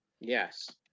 Yes